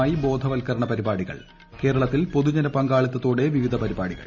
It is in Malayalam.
മായി ബോധവൽക്കരണ പരിപാടികൾ കേരളത്തിൽ പൊതുജന പങ്കാളിത്തതോടെ വിവിധ പരിപാടികൾ